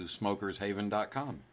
smokershaven.com